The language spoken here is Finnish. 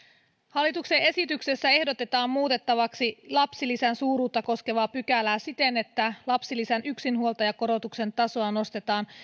hallituksen esityksessä ehdotetaan muutettavaksi lapsilisän suuruutta koskevaa pykälää siten että lapsilisän yksinhuoltajakorotuksen tasoa nostetaan